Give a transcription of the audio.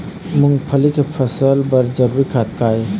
मूंगफली के फसल बर जरूरी खाद का ये?